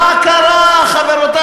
מה בדיוק קרה פה?